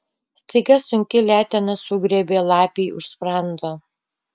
staiga sunki letena sugriebė lapei už sprando